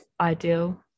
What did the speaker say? ideal